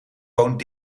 woont